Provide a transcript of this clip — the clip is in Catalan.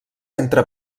entre